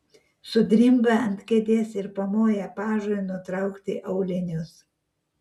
sudrimba ant kėdės ir pamoja pažui nutraukti aulinius